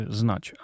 znać